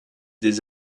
des